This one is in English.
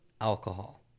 alcohol